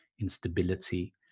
instability